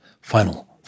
final